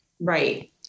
Right